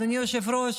אדוני היושב-ראש,